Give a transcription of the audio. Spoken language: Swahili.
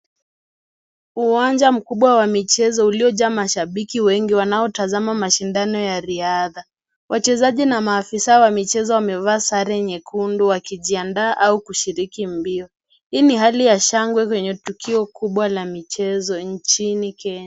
Uwanjani mkubwa wa michezo uliojaa mashabiki wengi wanaotazama mashindano ya riadha. Wachezaji na maafisa wa michezo, wamevaa sare nyekundu wakijiandaa au kushiriki mbio. Hii ni hali ya shangwe kwenye tukio kubwa la michezo nchini Kenya.